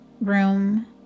room